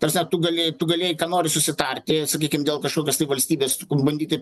ta prasme tu galėjai tu galėjai ką nori susitarti sakykim dėl kažkokios tai valstybės bandyti